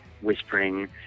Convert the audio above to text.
whispering